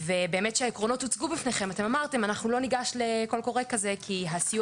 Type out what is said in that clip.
הקודם בשנת 2015 - פורסם קול קורא כזה?